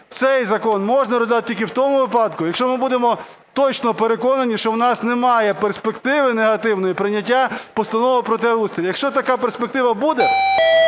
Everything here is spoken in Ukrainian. цей закон можна розглядати тільки в тому випадку, якщо ми будемо точно переконані, що в нас немає перспективи негативної прийняття постанови про терустрій. Якщо така перспектива буде,